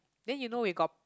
then you know we got